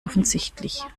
offensichtlich